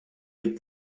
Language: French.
les